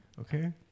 okay